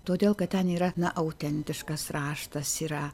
todėl kad ten yra na autentiškas raštas yra